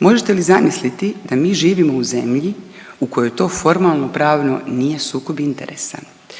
Možete li zamisliti da mi živimo u zemlji u kojoj to formalnopravno nije sukob interesa?